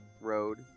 Road